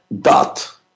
dot